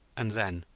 and then,